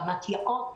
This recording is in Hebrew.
במתי"אות,